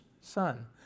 son